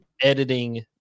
editing